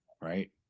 right